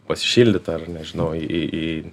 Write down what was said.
pasišildyt ar nežinau į į